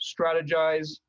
strategize